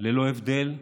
ללא הבדל דעה,